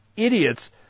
Idiots